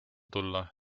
tulla